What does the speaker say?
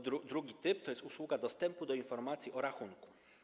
Drugi typ to usługa dostępu do informacji o rachunku.